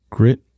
Grit